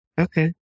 Okay